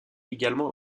également